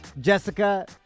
Jessica